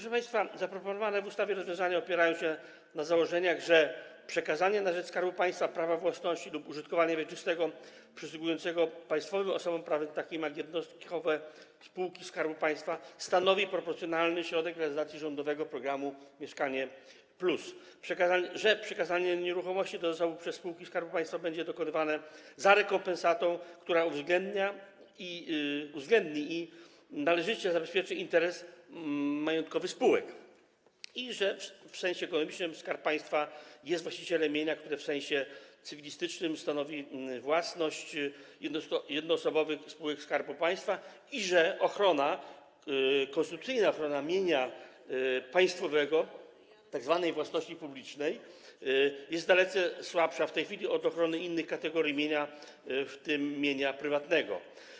Zaproponowane w ustawie rozwiązania opierają się na następujących założeniach: przekazanie na rzecz Skarbu Państwa prawa własności lub użytkowania wieczystego przysługującego państwowym osobom prawnym, takim jak jednostkowe spółki Skarbu Państwa, stanowi proporcjonalny środek realizacji rządowego programu „Mieszkanie+”; przekazanie nieruchomości do zasobu przez spółki Skarbu Państwa będzie dokonywane za rekompensatą, która uwzględni i należycie zabezpieczy interes majątkowy spółek; w sensie ekonomicznym Skarb Państwa jest właścicielem mienia, które w sensie cywilistycznym stanowi własność jednoosobowych spółek Skarbu Państwa; konstytucyjna ochrona mienia państwowego, tzw. własności publicznej, w tej chwili jest dalece słabsza od ochrony innych kategorii mienia, w tym mienia prywatnego.